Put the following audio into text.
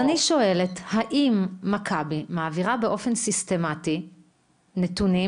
אז אני שואלת האם מכבי מעבירה באופן סיסטמטי נתונים